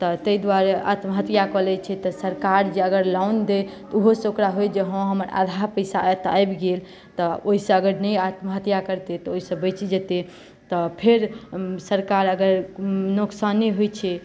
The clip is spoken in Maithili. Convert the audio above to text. तऽ ताहि दुआरे आत्महत्या कऽ लैत छै तऽ सरकार जे अगर लोन दै तऽ ओहो सॅं ओकरा होइ जे हो हमर आधा पैसा एतय आबि गेल तऽ ओहि सॅं अगर नहि आत्महत्या करतै तऽ ओहि सॅं बचि जेतै तऽ फेर सरकार अगर नोकसाने होइत छै